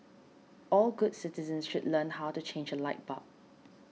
all good citizens should learn how to change a light bulb